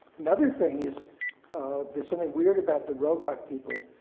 another thing is there's something weird about the robot people.